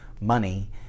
money